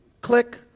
click